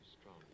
strong